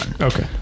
Okay